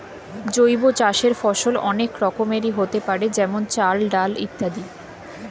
জৈব চাষের ফসল অনেক রকমেরই হতে পারে যেমন চাল, ডাল ইত্যাদি